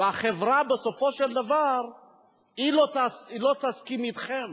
והחברה בסופו של דבר לא תסכים אתכם.